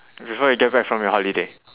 before you get back from your holiday